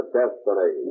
destiny